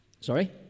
Sorry